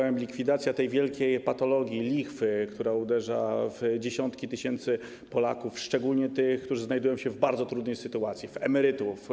Chodzi o likwidację tej wielkiej patologii, lichwy, która uderza w dziesiątki tysięcy Polaków, szczególnie tych, którzy znajdują się w bardzo trudnej sytuacji, w emerytów.